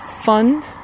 fun